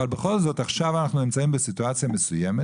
בכל זאת עכשיו אנחנו נמצאים בסיטואציה מסוימת